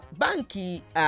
banki